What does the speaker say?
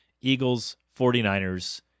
Eagles-49ers